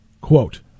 Quote